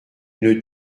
une